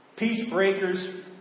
Peacebreakers